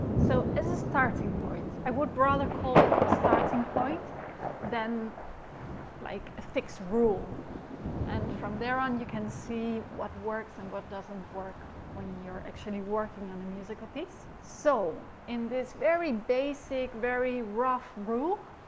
so as a starting point i would rather call it a starting point than like a fixed rule and from there on you can see what works and what doesn't work when you're actually working on a musical piece. so, in this very basic, very rough rule,